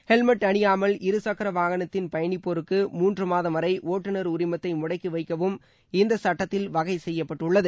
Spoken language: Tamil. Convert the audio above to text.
ஹெல்மெட் அணியாமல் இருசக்கர வாகனத்தின் பயணிப்போருக்கு மூன்று மாதம் வரை ஒட்டுநர் உரிமத்தை முடக்கி வைக்கவும் இந்த சுட்டத்தில் வகை செய்யப்பட்டுள்ளது